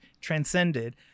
transcended